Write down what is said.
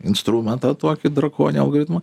instrumentą tokį drakone algoritmą